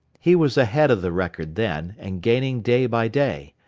he was ahead of the record then, and gaining day by day.